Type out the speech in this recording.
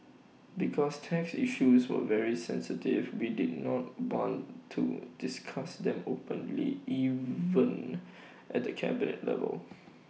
because tax issues were very sensitive we did not want to discuss them openly even at the cabinet level